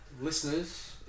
listeners